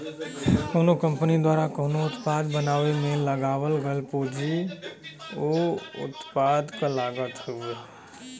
कउनो कंपनी द्वारा कउनो उत्पाद बनावे में लगावल गयल पूंजी उ उत्पाद क लागत हउवे